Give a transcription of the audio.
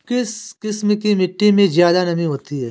किस किस्म की मिटटी में ज़्यादा नमी होती है?